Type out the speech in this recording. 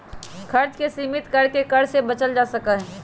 खर्च के सीमित कर के कर्ज से बचल जा सका हई